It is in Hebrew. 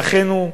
לאחינו,